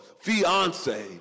fiance